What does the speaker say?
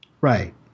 Right